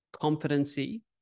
competency